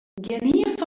gjinien